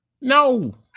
No